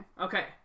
okay